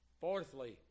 Fourthly